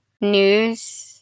news